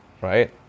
right